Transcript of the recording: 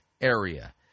area